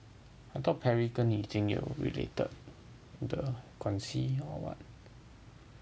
I thought Perry 跟你已经有 related 的关系 or what